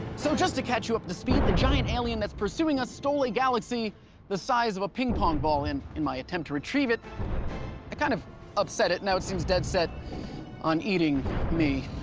so just to catch you up to speed, the giant alien that's pursuing us stole a galaxy the size of a ping-pong ball, and in my attempt to retrieve it i kind of upset it, now it seems dead set on eating me.